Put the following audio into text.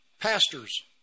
Pastors